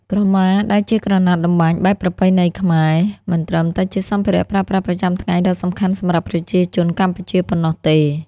ក្រមាដែលជាក្រណាត់តម្បាញបែបប្រពៃណីខ្មែរ មិនត្រឹមតែជាសម្ភារៈប្រើប្រាស់ប្រចាំថ្ងៃដ៏សំខាន់សម្រាប់ប្រជាជនកម្ពុជាប៉ុណ្ណោះទេ។